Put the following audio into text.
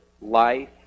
life